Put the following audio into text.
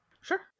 sure